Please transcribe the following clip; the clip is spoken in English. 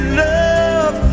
love